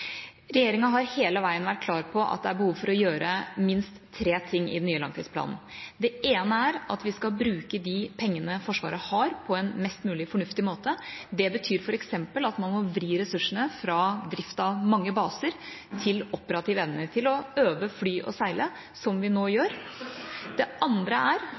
Regjeringa har hele veien vært klar på at det er behov for å gjøre minst tre ting i den nye langtidsplanen. Det ene er at vi skal bruke de pengene Forsvaret har, på en mest mulig fornuftig måte. Det betyr f.eks. at man må vri ressursene fra drift av mange baser til operativ evne – til å øve, fly og seile, som vi nå gjør. Det andre er